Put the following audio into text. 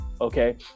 okay